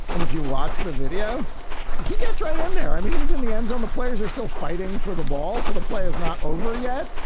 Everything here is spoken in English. and if you watch the video he gets right in there. i mean he's in the end zone the players are still fighting for the ball so the play is not over yet.